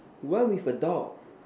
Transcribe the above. run with a dog